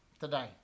today